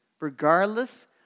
Regardless